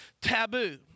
taboo